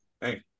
Hey